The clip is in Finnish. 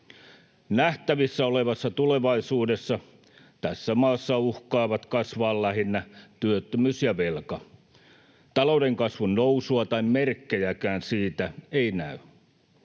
Nähtävissä olevassa tulevaisuudessa tässä maassa uhkaavat kasvaa lähinnä työttömyys ja velka. Talouden kasvun nousua tai merkkejäkään siitä ei näy.